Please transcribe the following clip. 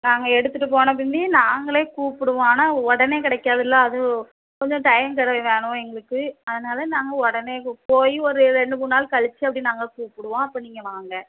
நாங்கள் எடுத்துகிட்டு போன பிந்தி நாங்களே கூப்பிடுவோம் ஆனால் உடனே கிடைக்காதுல அது கொஞ்சம் டைம் தேவை வேணும் எங்களுக்கு அதனால நாங்கள் உடனே போய் ஒரு ரெண்டு மூணுநாள் கழிச்சி அப்படி நாங்கள் கூப்பிடுவோம் அப்போ நீங்கள் வாங்க